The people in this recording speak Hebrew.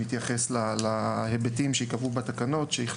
שמתייחס להיבטים שייקבעו בתקנות.